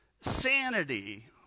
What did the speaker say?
sanity